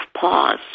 pause